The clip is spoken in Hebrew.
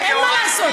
אין מה לעשות.